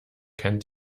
kennt